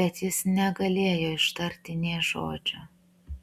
bet jis negalėjo ištarti nė žodžio